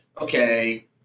okay